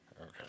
Okay